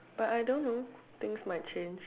but I don't know things might change